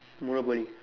monopoly